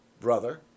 Brother